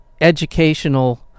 educational